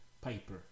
Piper